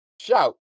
shout